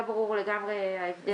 לא ברור לגמרי ההבדל.